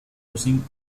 using